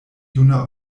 juna